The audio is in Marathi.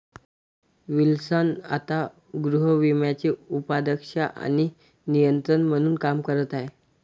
विल्सन आता गृहविम्याचे उपाध्यक्ष आणि नियंत्रक म्हणून काम करत आहेत